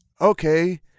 Okay